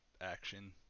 action